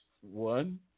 One